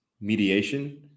mediation